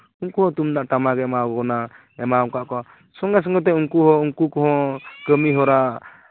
ᱩᱱᱠᱩᱦᱚᱸ ᱛᱩᱢᱫᱟᱜ ᱴᱟᱢᱟᱠᱮ ᱮᱢᱟ ᱠᱚ ᱠᱟᱱᱟ ᱮᱢᱟᱠᱟᱫ ᱠᱚᱣᱟ ᱥᱚᱸᱜᱮ ᱥᱚᱸᱜᱮᱛᱮ ᱩᱱᱠᱩ ᱠᱚᱦᱚᱸ ᱠᱟᱹᱢᱤᱦᱚᱨᱟ